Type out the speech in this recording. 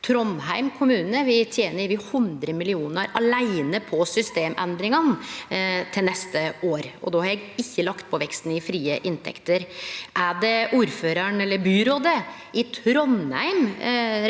Trondheim kommune vil tene over hundre millionar aleine på systemendringane til neste år, og då har eg ikkje lagt på veksten i frie inntekter. Er det ordføraren – eller byrådet – i Trondheim